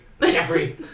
jeffrey